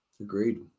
Agreed